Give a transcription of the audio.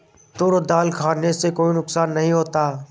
तूर दाल खाने से कोई नुकसान नहीं होता